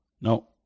No